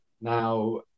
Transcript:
Now